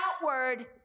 outward